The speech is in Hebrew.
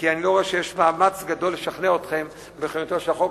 כי אני לא רואה שיש מאמץ גדול לשכנע אתכם לגבי החוק.